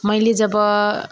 मैले जब